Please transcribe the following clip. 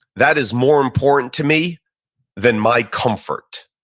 that is more important to me than my comfort.